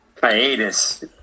hiatus